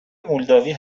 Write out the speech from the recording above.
مولداوی